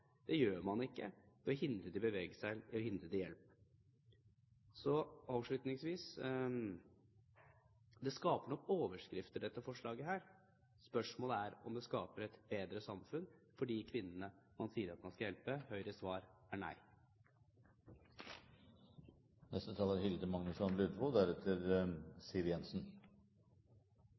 ikke ved å hindre dem i å bevege seg. Så, avslutningsvis: Det skaper nok overskrifter, dette forslaget. Spørsmålet er om det skaper et bedre samfunn for de kvinnene man sier at man skal hjelpe. Høyres svar er nei. Dette representantforslaget reiser noen viktige prinsipielle spørsmål som det etter min mening ikke er